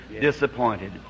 disappointed